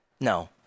no